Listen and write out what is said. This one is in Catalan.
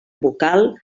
vocal